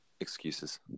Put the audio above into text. excuses